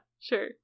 sure